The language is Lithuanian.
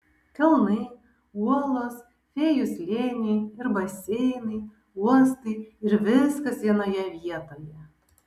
kalnai uolos fėjų slėniai ir baseinai uostai ir viskas vienoje vietoje